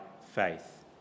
faith